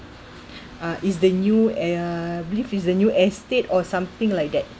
uh is the new uh I believe is the new estate or something like that